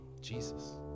Jesus